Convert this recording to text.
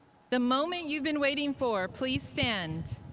the moment you've been waiting for. please stand.